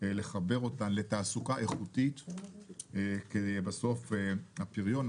לחבר אותן לתעסוקה איכותית כי בסוף הפריון,